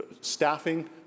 staffing